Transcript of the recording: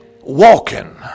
walking